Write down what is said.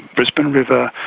brisbane river,